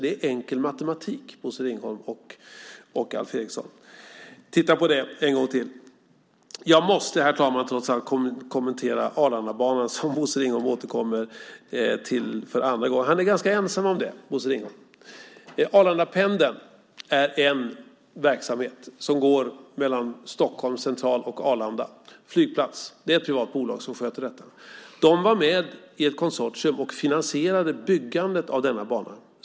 Det är enkel matematik, Bosse Ringholm och Alf Eriksson. Titta på det en gång till! Jag måste, herr talman, även kommentera Arlandabanan, som Bosse Ringholm återkommer till för andra gången. Han är ganska ensam om det. Arlandapendeln är en verksamhet som går mellan Stockholms central och Arlanda flygplats. Den sköts av ett privat bolag. Det var med i ett konsortium och finansierade byggandet av banan.